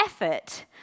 effort